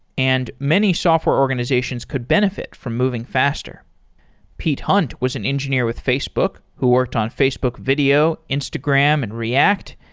and many software organizations could benefit from moving faster pete hunt was an engineer with facebook who worked on facebook video, instagram and react,